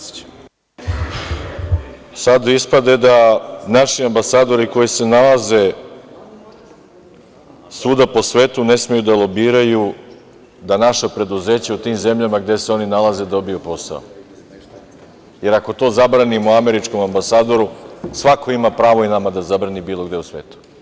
Sad ispade da naši ambasadori koji se nalaze svuda po svetu ne smeju da lobiraju da naša preduzeća u tim zemljama gde se oni nalaze dobiju posao, jer ako to zabranimo američkom ambasadoru, svako ima pravo i nama da zabrani bilo gde u svetu.